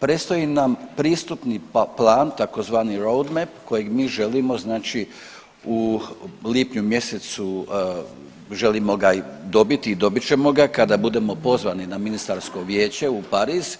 Predstoji nam pristupni plan tzv. roundme kojeg mi želimo znači u lipnju mjesecu želimo ga i dobiti i dobit ćemo ga kada budemo pozvani na ministarsko vijeće u Pariz